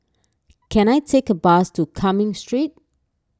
can I take a bus to Cumming Street